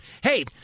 Hey